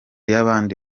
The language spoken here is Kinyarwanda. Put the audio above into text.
y’abandi